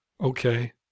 Okay